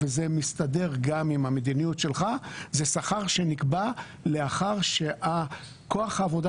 וזה מסתדר גם עם המדיניות שלך זה שכר שנקבע לאחר שכוח העבודה